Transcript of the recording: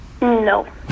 No